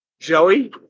Joey